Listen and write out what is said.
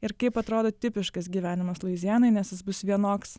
ir kaip atrodo tipiškas gyvenimas luizianoj nes jis bus vienoks